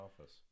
office